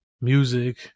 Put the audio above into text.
music